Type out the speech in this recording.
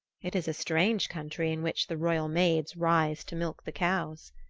it is a strange country in which the royal maids rise to milk the cows.